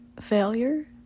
failure